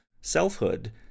selfhood